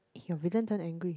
turned angry